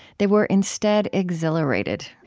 they were instead exhilarated.